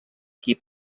qui